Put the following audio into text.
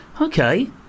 Okay